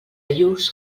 lluç